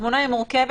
התמונה היא מורכבת,